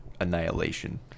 annihilation